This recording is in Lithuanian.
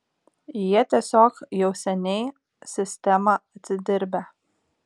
jie tiesiog jau seniai sistemą atidirbę